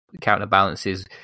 counterbalances